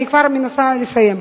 אני כבר מנסה לסיים.